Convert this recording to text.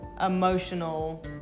emotional